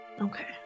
Okay